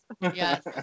yes